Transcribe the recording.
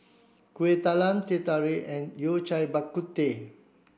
Kuih Talam Teh Tarik and Yao Cai Bak Kut Teh